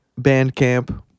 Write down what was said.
Bandcamp